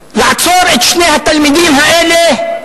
לעצור את שני התלמידים האלה.